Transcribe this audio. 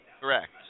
Correct